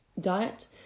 diet